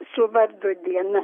su vardo diena